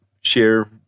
share